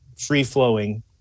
free-flowing